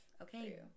Okay